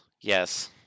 Yes